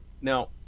now